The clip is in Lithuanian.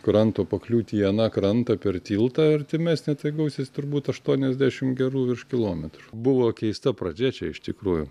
kranto pakliūti į aną krantą per tiltą artimesnį tai gausis turbūt aštuoniasdešimt gerų virš kilometrų buvo keista pradžia čia iš tikrųjų